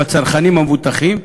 בצרכנים המבוטחים,